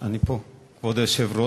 כבוד היושב-ראש,